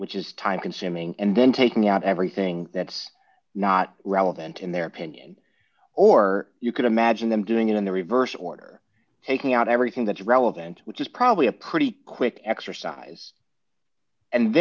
which is time consuming and then taking out everything that's not relevant in their opinion or you can imagine them doing it in the reverse order taking out everything that's relevant which is probably a pretty quick exercise and